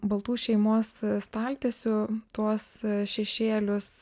baltų šeimos staltiesių tuos šešėlius